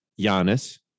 Giannis